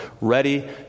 ready